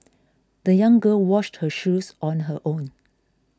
the young girl washed her shoes on her own